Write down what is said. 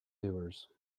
doers